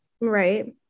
right